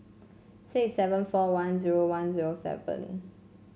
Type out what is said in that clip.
six seven four one zero one zero seven